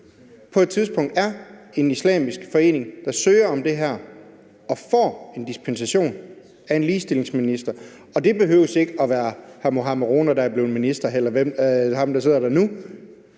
på et tidspunkt er en islamisk forening, der søger om det her og får en dispensation af en ligestillingsminister? Det behøver ikke at være hr. Mohammad Rona, der er blevet minister, eller ham, der sidder der nu.